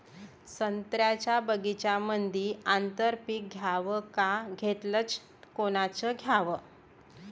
संत्र्याच्या बगीच्यामंदी आंतर पीक घ्याव का घेतलं च कोनचं घ्याव?